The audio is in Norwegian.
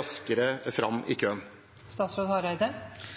raskere fram i